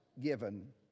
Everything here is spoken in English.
given